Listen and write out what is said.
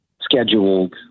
scheduled